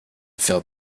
fill